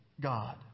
God